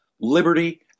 liberty